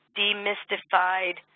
demystified